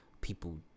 People